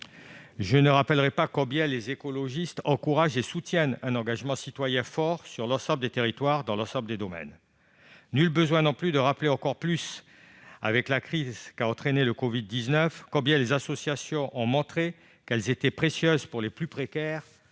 Je ne rappellerai pas combien les écologistes encouragent et soutiennent un engagement citoyen fort, sur l'ensemble des territoires et dans l'ensemble des domaines. Nul besoin, non plus, de rappeler qu'avec la crise du covid-19 les associations ont encore plus montré qu'elles étaient précieuses pour les plus précaires,